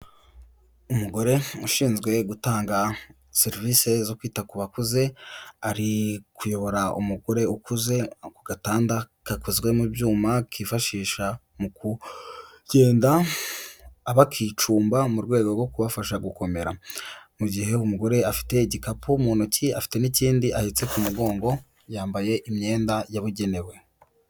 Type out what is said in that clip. Umugore ushinzwe gutanga serivisi zo kwita ku bakuze, ari kuyobora umugore ukuze ku gatanda gakozwemo ibyuma kifashishwa mu kugenda bakicumba mu rwego rwo kubafasha gukomera, mu gihe umugore afite igikapu mu ntoki, afite n'ikindi ahetse ku mugongo yambaye imyenda yabugenewe.